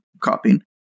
copying